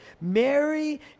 Mary